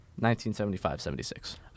1975-76